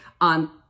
on